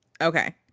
Okay